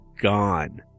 gone